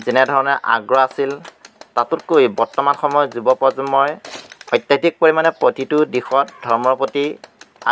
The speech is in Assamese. যেনেধৰণে আগ্ৰহ আছিল তাতোতকৈ বৰ্তমান সময়ত যুৱ প্ৰজন্মই অত্যাধিক পৰিমাণে প্ৰতিটো দিশত ধৰ্মৰ প্ৰতি